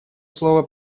слово